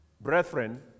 Brethren